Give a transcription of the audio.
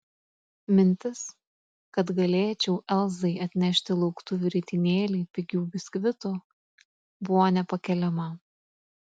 mintis kad galėčiau elzai atnešti lauktuvių ritinėlį pigių biskvitų buvo nepakeliama